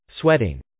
sweating